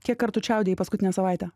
kiek kartų čiaudėjai paskutinę savaitę